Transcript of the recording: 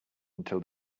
until